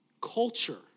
Culture